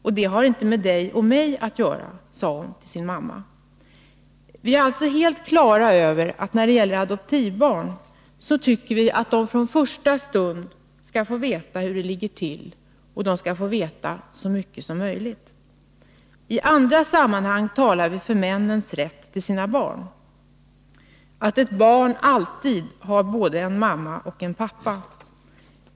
”Och det har inte med dig och mig att göra”, sade hon till sin mamma. Vi är alltså helt på det klara med att adoptivbarn från första stund skall få veta hur det ligger till och skall få veta så mycket som möjligt. I andra sammanhang talar vi för männens rätt till sina barn. Vi säger att ett barn alltid har både en mamma och en pappa.